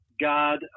God